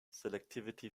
selectivity